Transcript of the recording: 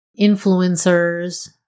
influencers